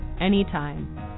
anytime